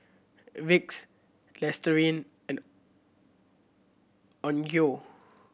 Vicks Listerine and Onkyo